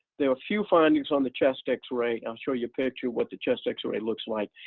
there are few findings on the chest x-ray. i'll show you picture what the chest x-ray looks like.